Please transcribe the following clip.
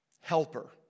helper